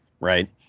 right